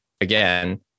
again